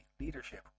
leadership